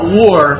war